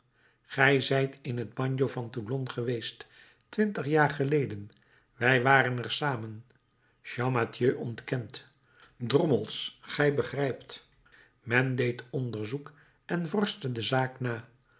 gij zijt in t bagno van toulon geweest twintig jaar geleden wij waren er samen champmathieu ontkent drommels gij begrijpt men deed onderzoek en vorschte de zaak na